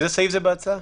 איזה סעיף זה בהצעה?